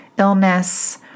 illness